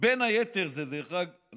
הם